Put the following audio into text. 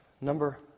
Number